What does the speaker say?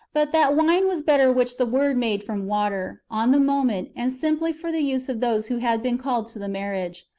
but that wine was better which the word made from water, on the moment, and simply for the use of those who had been called to the marriage.